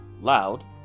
loud